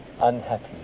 unhappy